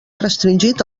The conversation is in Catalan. restringit